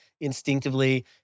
instinctively